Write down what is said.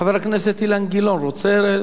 חבר הכנסת אילן גילאון, רוצה?